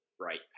right